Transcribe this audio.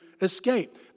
escape